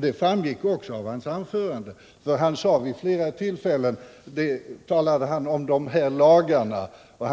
Detta framgick också av hans anförande, där han vid flera tillfällen talade om ”de här lagarna” och